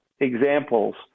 examples